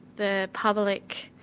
the public,